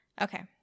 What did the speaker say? okay